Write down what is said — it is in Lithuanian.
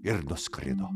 ir nuskrido